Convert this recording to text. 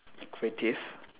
creative